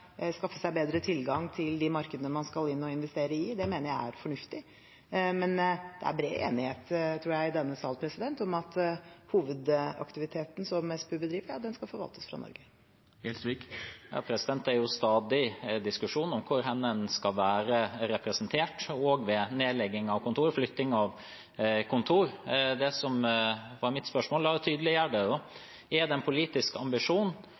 skaffe seg bedre tilgang til de markedene man skal inn og investere i. Det mener jeg er fornuftig. Men det er bred enighet, tror jeg, i denne sal om at hovedaktiviteten som SPU bedriver, skal forvaltes fra Norge. Det er jo stadig diskusjon om hvor en skal være representert, òg ved nedlegging og flytting av kontor. La meg tydeliggjøre spørsmålet mitt: Er det en politisk ambisjon å sørge for at en